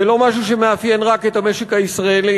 זה לא משהו שמאפיין רק את המשק הישראלי,